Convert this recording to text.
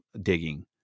digging